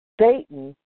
Satan